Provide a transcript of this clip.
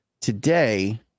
Today